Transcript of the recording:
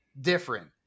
different